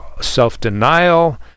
self-denial